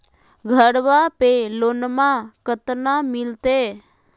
घरबा पे लोनमा कतना मिलते?